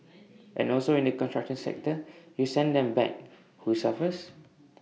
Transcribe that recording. and also in the construction sector you send them back who suffers